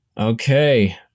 Okay